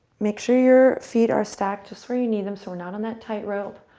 make sure your feet are stacked just where you need them so we're not on that tightrope.